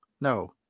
No